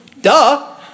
Duh